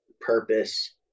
purpose